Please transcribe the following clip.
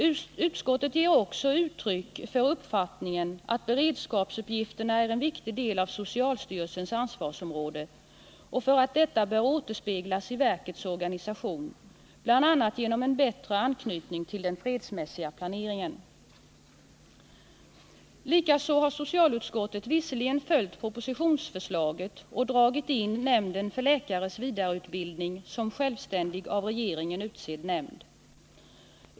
Utskottet ger också uttryck för uppfattningen att beredskapsuppgifterna är en viktig del av socialstyrelsens ansvarsområde och för att detta bör återspeglas i verkets organisation, bl.a. genom en bättre anknytning till den fredsmässiga planeringen. Likaså har socialutskottet visserligen följt propositionsförslaget och förordat indragning av nämnden för läkares vidareutbildning, NLV, som självständig av regeringen utsedd nämnd.